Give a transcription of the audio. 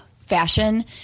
fashion